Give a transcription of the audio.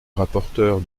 rapporteure